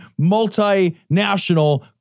multinational